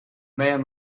man